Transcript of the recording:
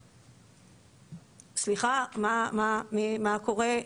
סליחה, מה קורה?